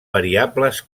variables